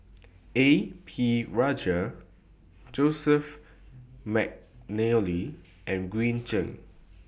A P Rajah Joseph Mcnally and Green Zeng